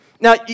Now